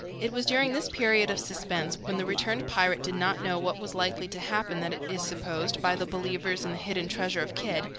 it was during this period of suspense, when the returned pirate did not know what was likely to happen, that it is supposed, by the believers in the hidden treasures of kidd,